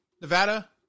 Nevada